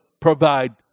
provide